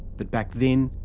but back then,